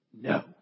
no